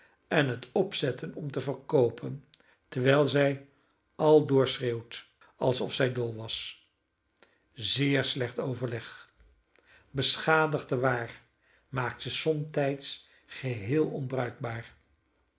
en het opzetten om te verkoopen terwijl zij al doorschreeuwt als of zij dol was zeer slecht overleg beschadigt de waar maakt ze somtijds geheel onbruikbaar